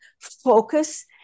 focus